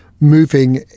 moving